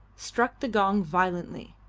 struck the gong violently.